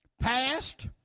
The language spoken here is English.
past